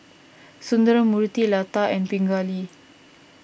Sundramoorthy Lata and Pingali